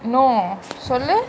no சொல்லு:sollu